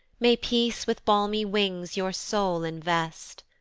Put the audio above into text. may peace with balmy wings your soul invest!